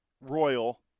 royal